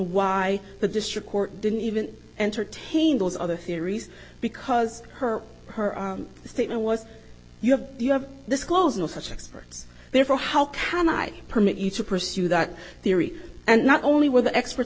why the district court didn't even entertain those other theories because her her statement was you have you have this close no such experts therefore how can i permit you to pursue that theory and not only were the experts